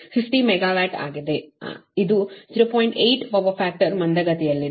8 power factor ಮಂದಗತಿಯಲ್ಲಿದೆ